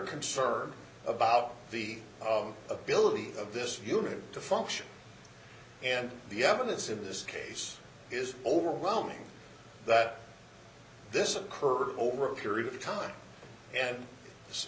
concerned about the of ability of this unit to function and the evidence in this case is overwhelming that this occurred over a period of time and so